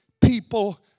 people